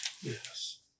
Yes